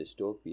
dystopia